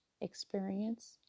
experience